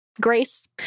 grace